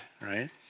right